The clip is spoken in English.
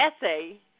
essay